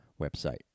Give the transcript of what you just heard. website